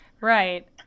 Right